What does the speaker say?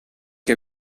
que